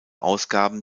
ausgaben